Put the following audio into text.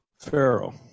Pharaoh